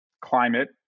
climate